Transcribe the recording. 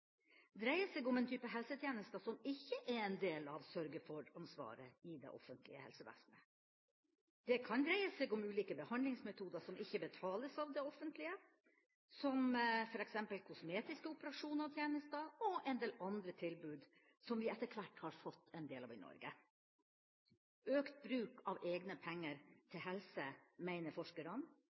dreier seg om en type helsetjenester som ikke er en del av sørge for-ansvaret i det offentlige helsevesenet. Det kan dreie seg om ulike behandlingsmetoder som ikke betales av det offentlige, som f.eks. kosmetiske operasjoner og tjenester, og en del andre tilbud som vi etter hvert har fått en del av i Norge. Økt bruk av egne penger til helse, mener forskerne,